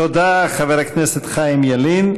תודה, חבר הכנסת חיים ילין.